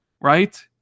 Right